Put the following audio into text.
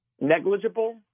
negligible